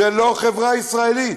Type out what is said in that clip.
זו לא חברה ישראלית,